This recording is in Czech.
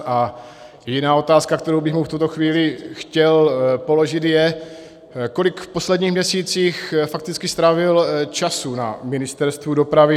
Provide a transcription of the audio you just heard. A jiná otázka, kterou bych mu v tuto chvíli chtěl položit, kolik v posledních měsících fakticky strávil času na Ministerstvu dopravy.